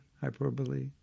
hyperbole